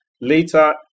later